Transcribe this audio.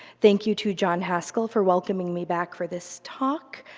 thank you to john haskell for welcoming me back for this talk.